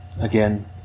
again